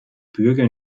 bürger